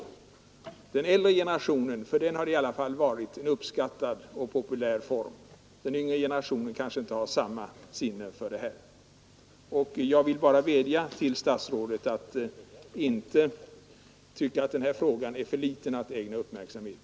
För den äldre generationen har detta varit en uppskattad och populär form — den yngre generationen kanske inte har samma sinne för den. Jag vädjar till statsrådet att han inte skall tycka att denna fråga är för liten för att ägnas uppmärksamhet.